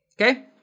okay